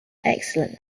excellent